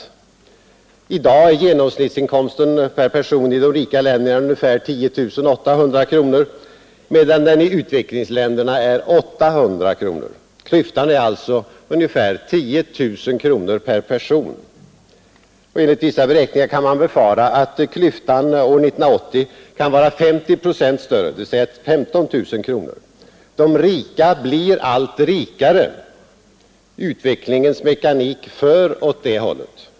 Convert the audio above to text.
I dag är genomsnittsinkomsten per person i de rika länderna ungefär 10 800 kronor, medan den i utvecklingsländerna är 800 kronor. Klyftan är alltså ungefär 10 000 kronor per person. Enligt vissa beräkningar kan man befara att klyftan år 1980 är 50 procent större, dvs. 15 000 kronor. De rika blir allt rikare. Utvecklingens mekanik för åt det hållet.